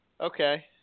Okay